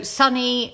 sunny